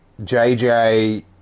JJ